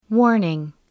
Warning